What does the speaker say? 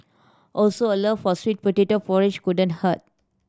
also a love for sweet potato porridge couldn't hurt